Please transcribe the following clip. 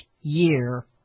Year